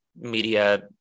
media